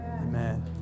Amen